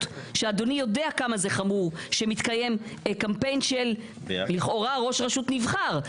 כשאדוני יודע כמה זה חמור שמתקיים קמפיין של לכאורה ראש רשות נבחר,